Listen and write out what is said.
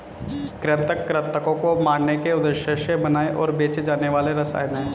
कृंतक कृन्तकों को मारने के उद्देश्य से बनाए और बेचे जाने वाले रसायन हैं